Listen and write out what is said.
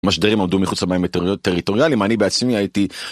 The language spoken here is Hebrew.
משדרים עומדו מחוץ למים הטריטוריאליים, אני בעצמי הייתי...